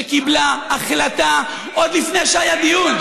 שקיבלה החלטה עוד לפני שהיה דיון.